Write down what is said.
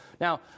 Now